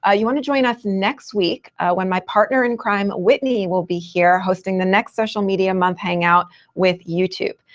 ah you want to join us next week when my partner in crime, whitney, will be here hosting the next social media month hangout with youtube.